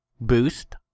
boost